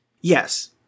Yes